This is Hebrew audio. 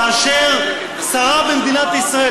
כאשר שרה במדינת ישראל,